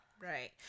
Right